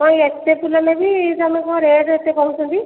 କଣ ଏତେ ଫୁଲ ନେବି ତମେ କଣ ରେଟ ଏତେ କହୁଛନ୍ତି